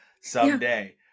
someday